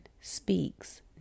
speaks